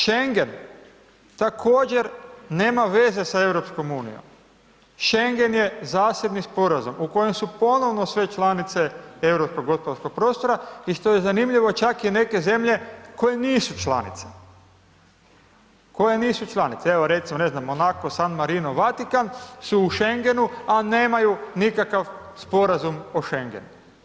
Schengen također nema veze sa EU, Schengen je zasebni sporazum u kojem su ponovno sve članice Europskog gospodarskog prostora i što je zanimljivo čak i neke zemlje koje nisu članice, koje nisu članice, evo recimo ne znam Monako, San Marino, Vatikan su u Schengenu a nemaju nikakav sporazum o Schengenu.